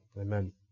Amen